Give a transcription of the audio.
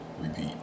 repeat